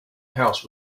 house